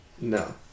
No